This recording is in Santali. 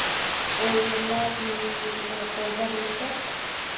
ᱯᱚᱭᱞᱟ ᱢᱟᱱᱮ ᱯᱚᱭᱞᱟ ᱵᱳᱭᱥᱟᱹᱠ